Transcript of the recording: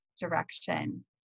direction